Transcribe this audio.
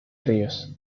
ríos